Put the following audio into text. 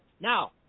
Now